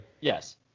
Yes